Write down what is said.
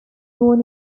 born